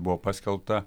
buvo paskelbta